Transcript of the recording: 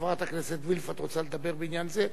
חברת הכנסת וילף, את רוצה לדבר בעניין זה?